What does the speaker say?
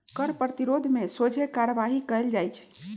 कर प्रतिरोध में सोझे कार्यवाही कएल जाइ छइ